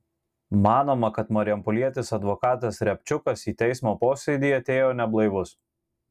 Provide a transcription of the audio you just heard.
manoma kad marijampolietis advokatas riabčiukas į teismo posėdį atėjo neblaivus